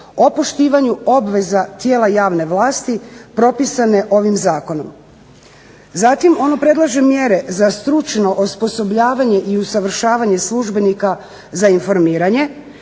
o poštivanju obveza tijela javne vlasti propisane ovim zakonom. Zatim, ono predlaže mjere za stručno osposobljavanje i usavršavanje službenika za informiranje,